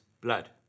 blood